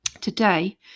today